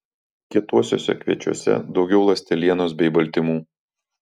kietuosiuose kviečiuose daugiau ląstelienos bei baltymų